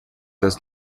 das